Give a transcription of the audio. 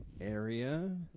area